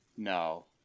No